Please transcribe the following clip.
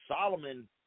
Solomon